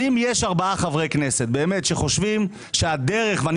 אם יש ארבעה חברי כנסת שחושבים שהדרך ואני